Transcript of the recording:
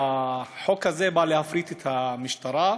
והחוק הזה בא להפריט את המשטרה,